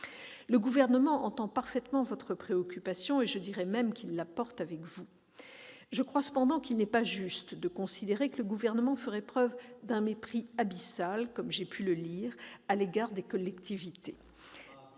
Le Gouvernement entend parfaitement votre préoccupation- je dirais même qu'il la porte avec vous. Toutefois, il ne me semble pas juste de considérer que le Gouvernement ferait preuve d'un « mépris abyssal », comme j'ai pu le lire, à l'égard des collectivités.